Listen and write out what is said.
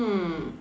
hmm